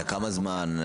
לכמה זמן?